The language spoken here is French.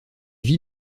vit